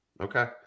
Okay